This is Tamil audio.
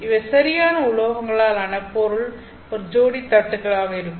இவை சரியான உலோகங்களால் ஆன பொருள் ஒரு ஜோடி தட்டுகளாக இருக்கும்